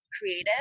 creative